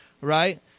right